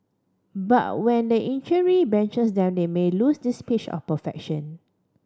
but when the injury benches their they may lose this pitch of perfection